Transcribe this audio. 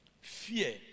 Fear